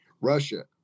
Russia